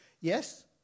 Yes